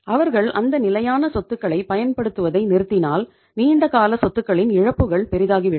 அவர்கள் அந்த நிலையான சொத்துக்களைப் பயன்படுத்துவதை நிறுத்தினால் நீண்ட கால சொத்துக்களி்ன் இழப்புகள் பெரிதாகிவிடும்